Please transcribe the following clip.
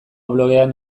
blogean